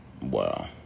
Wow